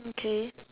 okay